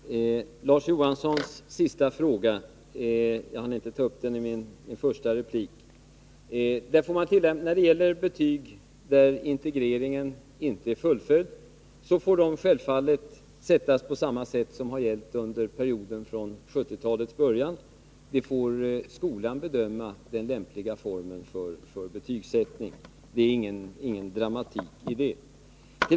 Herr talman! På Larz Johanssons fråga — jag hann inte ta upp den i min första replik — om betygsättningen i de fall där integreringen inte är fullföljd vill jag svara att betygen självfallet får sättas på samma sätt som har gällt under perioden från 1970-talets början — skolan får bedöma den lämpliga formen för betygsättning. Det är ingen dramatik i det.